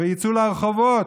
ויצאו לרחובות.